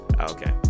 Okay